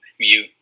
view